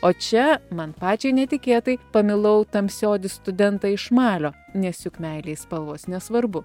o čia man pačiai netikėtai pamilau tamsiaodį studentą iš malio nes juk meilei spalvos nesvarbu